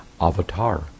avatar